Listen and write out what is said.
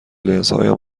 لنزهایم